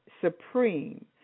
supreme